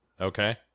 Okay